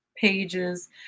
pages